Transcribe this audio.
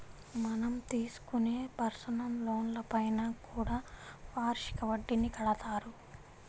మనం తీసుకునే పర్సనల్ లోన్లపైన కూడా వార్షిక వడ్డీని కడతారు